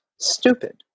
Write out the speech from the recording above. Stupid